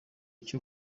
cyo